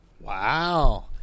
Wow